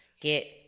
get